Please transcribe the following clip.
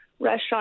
restaurant